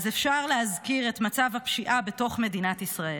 אפשר להזכיר את מצב הפשיעה בתוך מדינת ישראל.